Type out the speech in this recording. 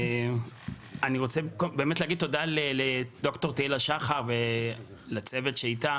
אני רוצה להגיד תודה לד"ר תהילה שחר ולצוות שאיתה